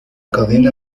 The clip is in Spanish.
cadena